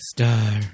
Star